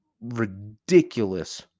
Ridiculous